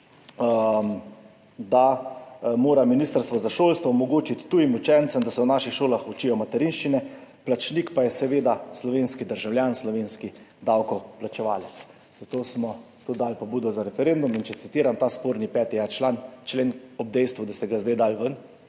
da mora ministrstvo za šolstvo omogočiti tujim učencem, da se v naših šolah učijo materinščine, plačnik pa je seveda slovenski državljan, slovenski davkoplačevalec, zato smo tudi dali pobudo za referendum. Če citiram ta sporni 5.a člen, ob dejstvu, da ste ga zdaj dali ven